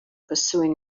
pursuing